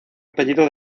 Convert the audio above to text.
apellido